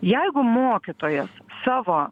jeigu mokytojas savo